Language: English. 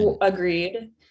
agreed